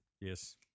Yes